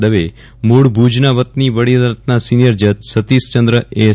દવે મૂળ ભુજના વતની હાઈકૉર્ટના સિનિયર જજ સતીષચંદ્ર એચ